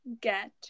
get